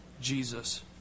Jesus